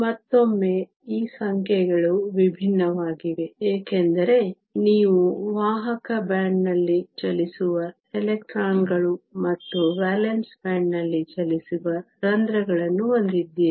ಮತ್ತೊಮ್ಮೆ ಈ ಸಂಖ್ಯೆಗಳು ವಿಭಿನ್ನವಾಗಿವೆ ಏಕೆಂದರೆ ನೀವು ವಾಹಕ ಬ್ಯಾಂಡ್ನಲ್ಲಿ ಚಲಿಸುವ ಎಲೆಕ್ಟ್ರಾನ್ಗಳು ಮತ್ತು ವೇಲೆನ್ಸ್ ಬ್ಯಾಂಡ್ನಲ್ಲಿ ಚಲಿಸುವ ರಂಧ್ರಗಳನ್ನು ಹೊಂದಿದ್ದೀರಿ